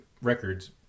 Records